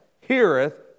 heareth